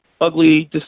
ugly